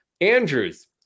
Andrews